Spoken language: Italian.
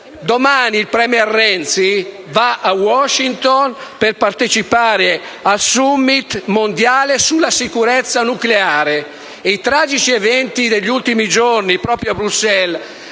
Domani il *premier* Renzi si recherà a Washington per partecipare al *summit* mondiale sulla sicurezza nucleare e i tragici eventi degli ultimi giorni avvenuti a Bruxelles